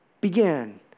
began